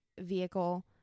vehicle